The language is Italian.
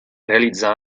realizza